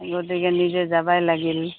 গতিকে নিজে যাবই লাগিল